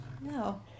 No